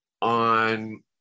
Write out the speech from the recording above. On